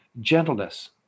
gentleness